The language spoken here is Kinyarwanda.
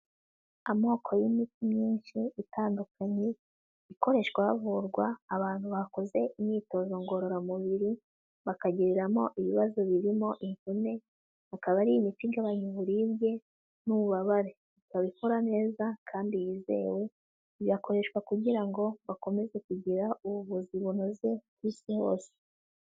Amoko y'imiti myinshi itandukanye, ikoreshwa havurwa abantu bakoze imyitozo ngororamubiri, bakagiriramo ibibazo birimo imvune, akaba ari imiti igabanya uburibwe n'ububabare. Ikaba ikora neza kandi yizewe, igakoreshwa kugira ngo bakomeze kugira ubuvuzi bunoze ku Isi hose.